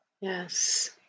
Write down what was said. Yes